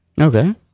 Okay